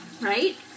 right